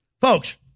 Folks